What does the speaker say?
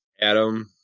Adam